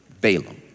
Balaam